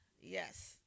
Yes